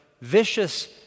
vicious